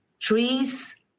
trees